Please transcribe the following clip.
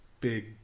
big